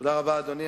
תודה רבה, אדוני.